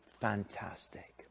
fantastic